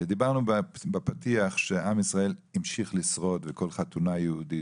דיברנו בפתיח שעם ישראל המשיך לשרוד וכל חתונה יהודית